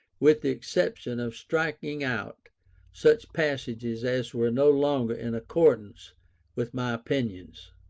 with the exception of striking out such passages as were no longer in accordance with my opinions.